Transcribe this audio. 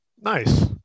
Nice